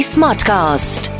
Smartcast